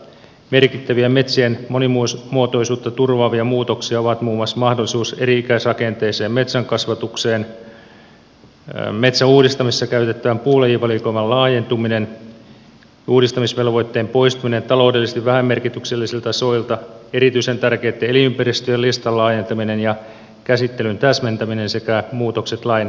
merkittävien metsien monimuotoisuutta turvaavia muutoksia ovat muun muassa mahdollisuus eri ikäisrakenteeseen metsänkasvatukseen metsän uudistamisessa käytettävän puulajivalikoiman laajentuminen uudistamisvelvoitteen poistuminen taloudellisesti vähämerkityksellisiltä soilta erityisen tärkeitten elinympäristöjen listan laajentaminen ja käsittelyn täsmentäminen sekä muutokset lain soveltamisalassa